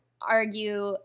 argue